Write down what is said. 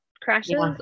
crashes